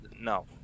no